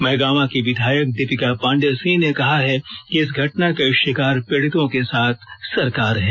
महगामा की विधायक दीपिका पाण्डेय सिंह ने कहा है कि इस घटना के शिकार पीड़ितों के साथ सरकार है